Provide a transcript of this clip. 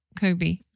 Kobe